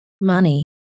money